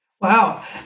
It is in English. Wow